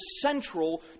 central